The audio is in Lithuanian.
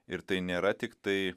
ir tai nėra tiktai